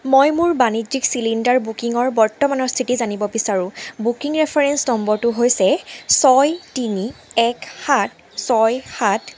মই মোৰ বাণিজ্যিক চিলিণ্ডাৰ বুকিঙৰ বৰ্তমানৰ স্থিতি জানিব বিচাৰোঁ বুকিং ৰেফাৰেঞ্চ নম্বৰটো হৈছে ছয় তিনি এক সাত ছয় সাত